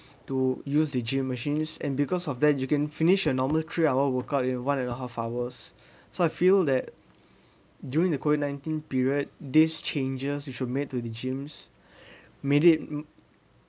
to use the gym machines and because of that you can finish a normal three hour workout in one and a half hours so I feel that during the COVID nineteen period these changes which were made to the gym made it